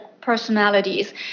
personalities